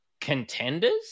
contenders